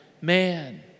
man